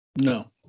No